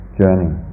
journey